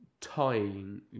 tying